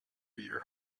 your